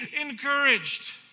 encouraged